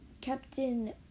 Captain